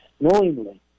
knowingly